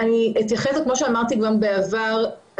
כמו שאמרתי גם בעבר,